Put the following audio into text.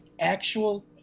actual